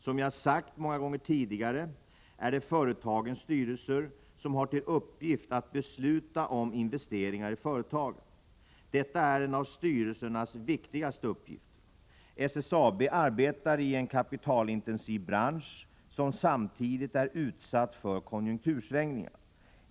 Som jag sagt många gånger tidigare är det företagens styrelser som har till uppgift att besluta om investeringar i företagen. Detta är en av styrelsernas viktigaste uppgifter. SSAB arbetar i en kapitalintensiv bransch som samtidigt är utsatt för konjunktursvängningar.